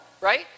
right